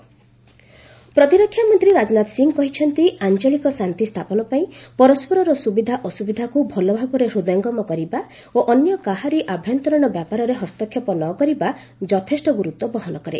Rajnath Asia conference ପ୍ରତିରକ୍ଷା ମନ୍ତ୍ରୀ ରାଜନାଥ ସିଂହ କହିଛନ୍ତି ଆଞ୍ଚଳିକ ଶାନ୍ତି ସ୍ଥାପନ ପାଇଁ ପରସ୍କରର ସୁବିଧା ଅସୁବିଧାକୁ ଭଲଭାବରେ ହୃଦୟଙ୍ଗମ କରିବା ଓ ଅନ୍ୟ କାହାରି ଆଭ୍ୟନ୍ତରୀଣ ବ୍ୟାପାରରେ ହସ୍ତକ୍ଷେପ ନ କରିବା ଯଥେଷ୍ଟ ଗୁରୁତ୍ୱ ବହନ କରେ